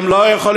הם לא יכולים.